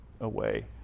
away